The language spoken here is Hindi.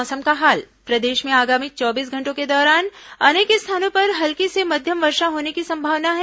मौसम प्रदेश में आगामी चौबीस घंटों के दौरान अनेक स्थानों पर हल्की से मध्यम वर्षा होने की संभावना है